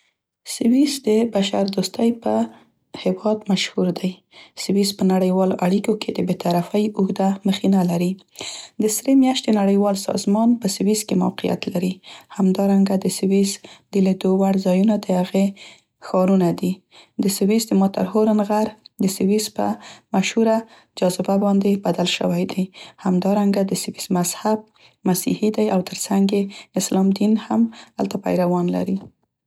سویس د بشر دوستۍ په هیواد مشهور دی. سویس په نړیوالو اړیکو کې د بې طرفۍ اوږده مخینه لري. د سرې میاشتې نړیوال سازمان په سویس کې موقعیت لري، همدارنګه د سویس د لیدو وړ ځایونه د هغې ښارونه دي. د سویس د ماترهورن غر د سویس په مشهوره جاذبه باندې بدل شوی دی. همدارنګه د سویس مذهب مسیحي دی او تر څنګ یې اسلام دین هم هلته پیروان لري.